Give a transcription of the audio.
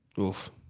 Oof